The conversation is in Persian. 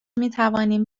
میتوانیم